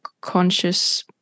conscious